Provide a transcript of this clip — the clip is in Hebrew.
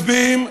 מצביעים.